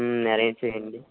అదే చెయ్యండి